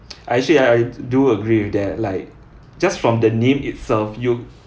I actually I I do agree with that like just from the name itself you